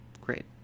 Great